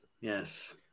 yes